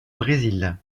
brésil